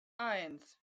eins